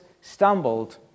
stumbled